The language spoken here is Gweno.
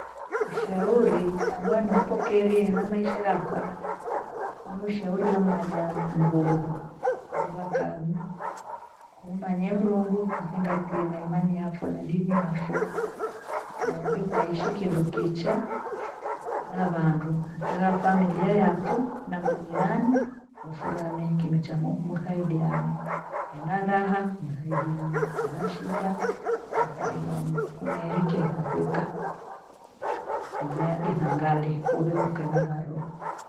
Ushauri ambao niupokerie ena maisha yakwa ni ushauri wamanya mrungu ruva kawi. Kumanye mrungu kuthingatie na imani yapho na dini yapho. Nauku kwaishi kindo kichaa na vandu, mpaka familia yapho na majirani mifuranye kindochamo- muthaidiane ena raha nathaidiane ena shida mthaidiane. Kunairikia kakuka ena ithaghali ivekuka na varua